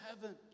heaven